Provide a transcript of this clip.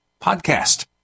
PODCAST